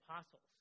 apostles